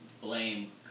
blame